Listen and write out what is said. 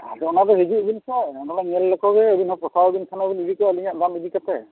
ᱟᱫᱚ ᱚᱱᱟᱫᱚ ᱦᱤᱡᱩᱜ ᱵᱤᱱ ᱥᱮ ᱱᱚᱸᱰᱮ ᱧᱮᱞ ᱞᱮᱠᱚᱜᱮ ᱟᱹᱵᱤᱱ ᱦᱚᱸ ᱯᱚᱥᱟᱣ ᱟᱹᱵᱤᱱ ᱠᱷᱟᱱ ᱤᱫᱤ ᱠᱚᱣᱟ ᱟᱹᱞᱤᱧᱟᱜ ᱫᱟᱢ ᱤᱫᱤ ᱠᱟᱛᱮᱫ